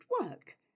work